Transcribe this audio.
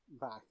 back